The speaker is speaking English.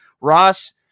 Ross